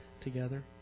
together